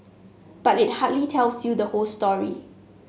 but it hardly tells you the whole story